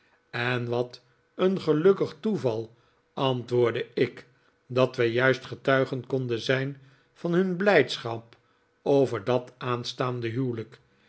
en wat een gelukkig toeval antwoordde ik dat wij juist getuigen konden zijn van hun blijdschap over dat aanstaande huwelijk